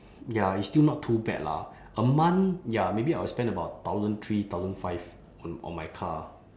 ya it's still not too bad lah a month ya maybe I'll spend about thousand three thousand five on on my car